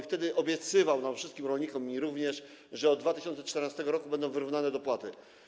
Wtedy obiecywał nam wszystkim, wszystkim rolnikom, mi również, że od 2014 r. będą wyrównane dopłaty.